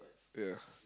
ya